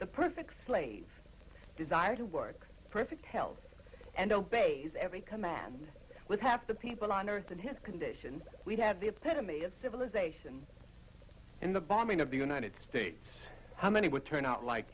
the perfect slave desire to work perfect health and obeys every command with half the people on earth and his condition we have the epitome of civilization and the bombing of the united states how many would turn out like